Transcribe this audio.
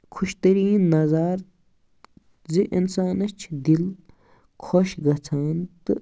خوشتٕریٖن نظارٕ زِ اِنسانَس چھِ دِل خۄش گژھان تہٕ